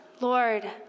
Lord